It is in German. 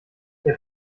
der